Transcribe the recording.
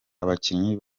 abakinnyi